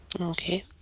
Okay